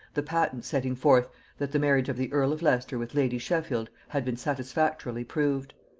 the patent setting forth that the marriage of the earl of leicester with lady sheffield had been satisfactorily proved.